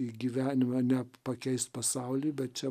į gyvenimą ne pakeist pasaulį bet čia